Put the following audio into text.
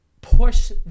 push